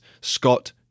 Scott